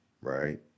right